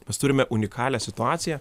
mes turime unikalią situaciją